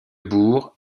bourg